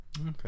okay